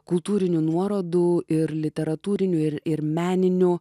kultūrinių nuorodų ir literatūrinių ir ir meninių